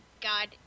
God